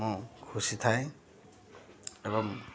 ମୁଁ ଖୁସି ଥାଏ ଏବଂ